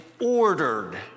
ordered